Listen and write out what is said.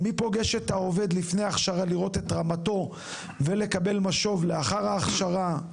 מי פוגש את העובד לפני הכשרה לראות את רמתו ולקבל משוב לאחר ההכשרה?